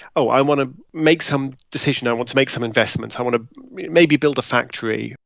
oh, i want to make some decision. i want to make some investments. i want to maybe build a factory.